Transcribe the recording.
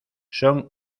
son